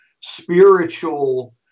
spiritual